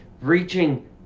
reaching